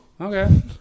okay